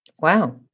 Wow